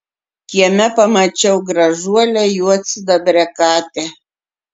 kieme pamačiau gražuolę juodsidabrę katę